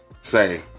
Say